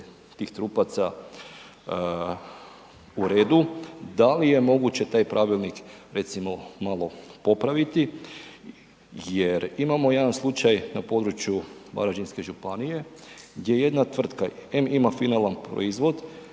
tih trupaca u redu, da li je moguće recimo malo popraviti jer imamo jedan slučaj na području Varaždinske županije gdje jedna tvrtka em ima finalan proizvod